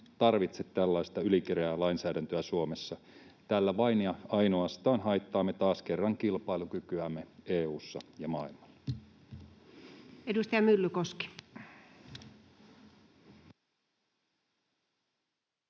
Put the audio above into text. tarvitse tällaista ylikireää lainsäädäntöä Suomessa. Tällä vain ja ainoastaan haittaamme taas kerran kilpailukykyämme EU:ssa ja maailmalla.